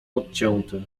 odcięty